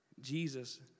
Jesus